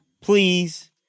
please